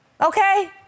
Okay